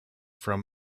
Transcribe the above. from